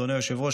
אדוני היושב-ראש,